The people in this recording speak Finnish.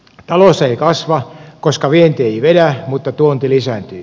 talous ei kasva koska vienti ei vedä mutta tuonti lisääntyy